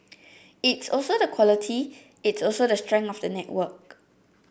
it's also the quality it's also the strength of the network